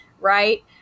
right